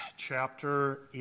Chapter